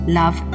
love